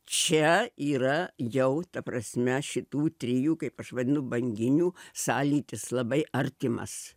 čia yra jau ta prasme šitų trijų kaip aš vadinu banginių sąlytis labai artimas